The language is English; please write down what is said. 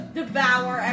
devour